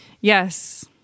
Yes